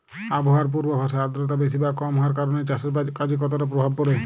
আবহাওয়ার পূর্বাভাসে আর্দ্রতা বেশি বা কম হওয়ার কারণে চাষের কাজে কতটা প্রভাব পড়ে?